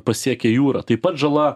pasiekė jūrą taip pat žala